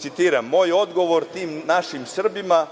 Citiram – „Moj je odgovor tim našim Srbima